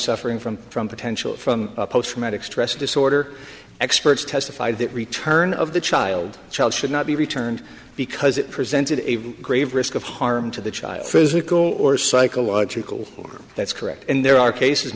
suffering from from potential from post traumatic stress disorder experts testified that return of the child the child should not be returned because it presented a grave risk of harm to the child physical or psychological or that's correct and there are cases